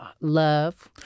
love